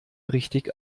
richtig